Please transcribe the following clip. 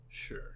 Sure